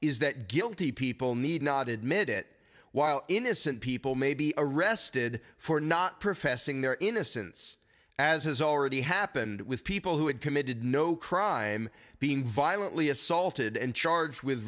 is that guilty people need not admit it while innocent people may be arrested for not professing their innocence as has already happened with people who had committed no crime being violently assaulted and charged with